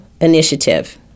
initiative